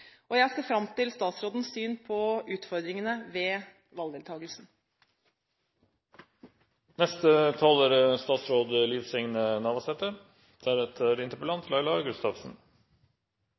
Jeg ser fram til statsrådens syn på utfordringene ved valgdeltakelsen.